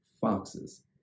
Foxes